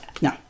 No